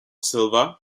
silva